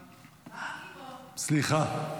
סליחה.